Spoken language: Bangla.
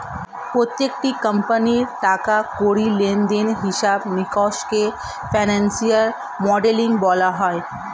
প্রত্যেকটি কোম্পানির টাকা কড়ি লেনদেনের হিসাব নিকাশকে ফিনান্সিয়াল মডেলিং বলা হয়